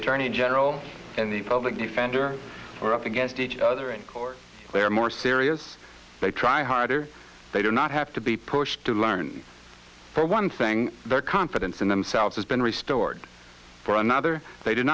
attorney general in the public defender are up against each other in court they are more serious they try harder they do not have to be pushed to learn for one thing their confidence in themselves has been restored for another they d